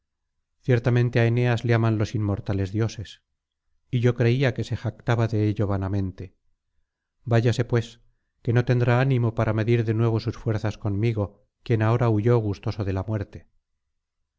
ciertamente á eneas le aman los inmortales dioses y yo creía que se jactaba de ello vanamente vayase pues que no tendrá ánimo para medir de nuevo sus fuerzas conmigo quien ahora huyó gustoso de la muerte